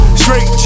straight